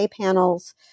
panels